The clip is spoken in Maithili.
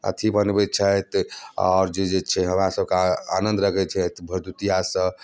अथी बनबैत छथि आओर जे जे छै हमरा सबके आनन्द लगैत छै भरदुतिआसँ